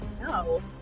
No